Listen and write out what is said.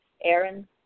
Aaron